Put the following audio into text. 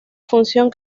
función